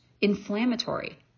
inflammatory